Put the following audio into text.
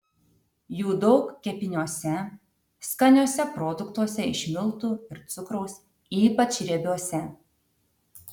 jų daug kepiniuose skaniuose produktuose iš miltų ir cukraus ypač riebiuose